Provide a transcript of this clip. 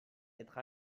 être